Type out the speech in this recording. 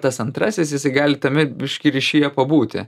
tas antrasis jisai gali tame biškį ryšyje pabūti